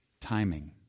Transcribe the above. timing